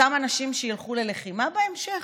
אחה אותם אנשים שילכו ללחימה בהמשך,